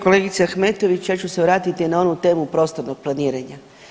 Kolegice Ahmetović ja ću se vratiti na onu temu prostornog planiranja.